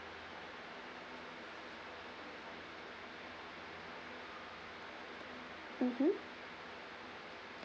mmhmm